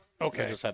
Okay